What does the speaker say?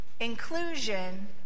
inclusion